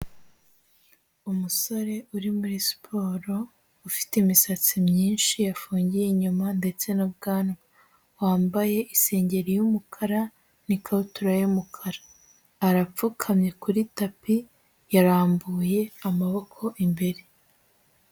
Umusore uri muri siporo ufite imisatsi myinshi yafungiye inyuma ndetse n'ubwanwa, wambaye isengeri y'umukara n'ikabutura y'umukara, arapfukamye kuri tapi yarambuye amaboko imbere.